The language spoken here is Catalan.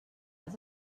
els